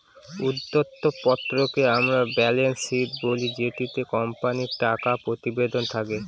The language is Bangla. উদ্ধৃত্ত পত্রকে আমরা ব্যালেন্স শীট বলি যেটিতে কোম্পানির টাকা প্রতিবেদন থাকে